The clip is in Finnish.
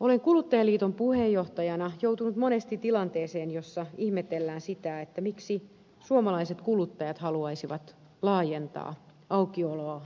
olen kuluttajaliiton puheenjohtajana joutunut monesti tilanteeseen jossa ihmetellään sitä miksi suomalaiset kuluttajat haluaisivat laajentaa aukioloa